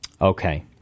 Okay